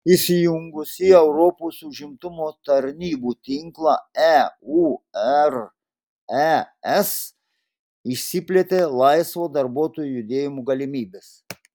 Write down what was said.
įsijungus į europos užimtumo tarnybų tinklą eures išsiplėtė laisvo darbuotojų judėjimo galimybės